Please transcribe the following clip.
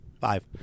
Five